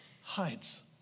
hides